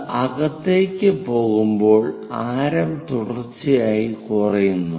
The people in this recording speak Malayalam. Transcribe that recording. അത് അകത്തേക്ക് പോകുമ്പോൾ ആരം തുടർച്ചയായി കുറയുന്നു